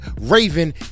raven